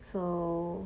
so